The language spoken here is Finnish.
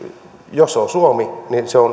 se on minun mielestäni äärettömän